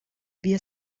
wir